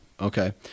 Okay